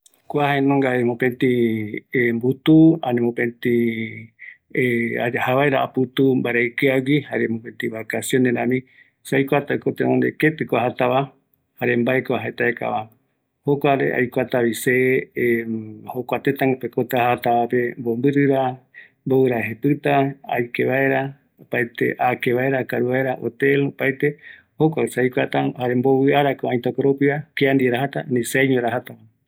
Aja vaera aputu ketɨ, aikuata ko ketɨko ajatava, aikuata kia tëtä, mbovɨrako aipotata korepoti, mbaerako aipotata aesa, akevaera, jare aikuata ajatara seaïño ani kiandive, jokuako aikuata tenonde